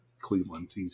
Cleveland